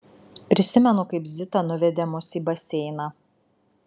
prisimenu kaip zita nuvedė mus į baseiną